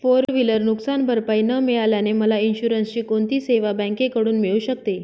Four wheeler नुकसानभरपाई न मिळाल्याने मला इन्शुरन्सची कोणती सेवा बँकेकडून मिळू शकते?